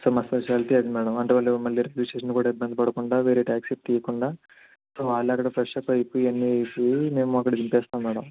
so మా speciality అది madam అంటే వాళ్ళు మళ్ళీ రైల్వే స్టేషన్ కూడా ఇబ్బంది పడకుండా వేరే ట్యాక్సి తీయకుండా సో అల్రెడీ ఫ్రెషప్ అయిపోయి అన్ని అయిపోయి మేమక్కడ దింపేస్తాం మేడమ్